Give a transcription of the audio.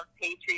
Patriot